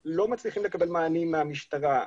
שאנחנו לא מצליחים לקבל מענים מהמשטרה.